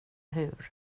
hur